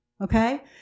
Okay